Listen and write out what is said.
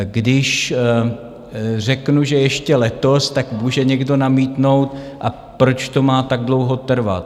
Když řeknu, že ještě letos, může někdo namítnout: A proč to má tak dlouho trvat?